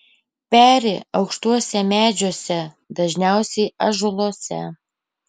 peri aukštuose medžiuose dažniausiai ąžuoluose